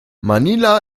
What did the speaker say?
manila